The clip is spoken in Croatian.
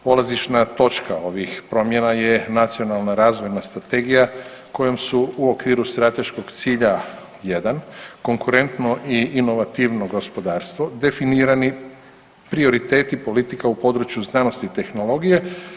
Polazišna točka ovih promjena je Nacionalna razvojna strategija kojom su u okviru strateškog cilja 1 konkurentno i inovativno gospodarstvo definirani prioriteti politika u području znanosti i tehnologije.